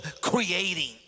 creating